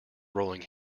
rolling